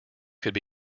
could